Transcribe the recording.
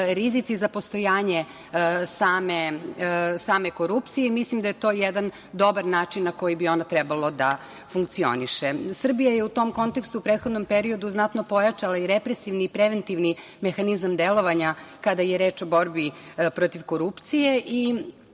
rizici za postojanje same korupcije. Mislim da je to jedan dobar način na koji bi ona trebalo da funkcioniše. Srbija je u tom kontekstu u prethodnom periodu znatno pojačala i represivni i preventivni mehanizam delovanja kada je reč o borbi protiv korupcije